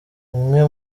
umwe